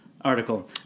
article